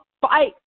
fight